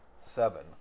Seven